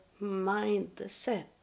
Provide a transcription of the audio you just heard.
mindset